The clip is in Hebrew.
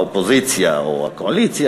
האופוזיציה או הקואליציה,